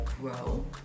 grow